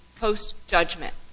post-judgment